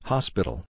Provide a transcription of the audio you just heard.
Hospital